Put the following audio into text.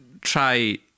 try